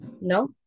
No